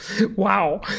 wow